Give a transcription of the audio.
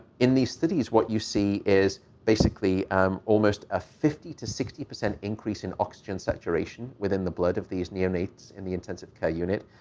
in these studies, what you see is basically um almost a fifty percent to sixty percent increase in oxygen saturation within the blood of these neonates in the intensive care unit.